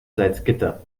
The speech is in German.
salzgitter